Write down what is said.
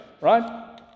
right